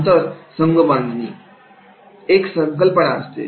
नंतर संघबांधणी एक संकल्पना असते